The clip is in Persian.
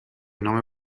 نام